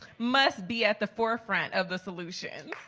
must be at the forefront of the solution.